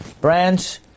branch